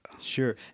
Sure